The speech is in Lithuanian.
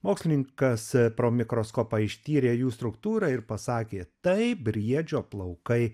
mokslininkas pro mikroskopą ištyrė jų struktūrą ir pasakė tai briedžio plaukai